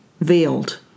veiled